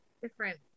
different